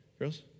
Girls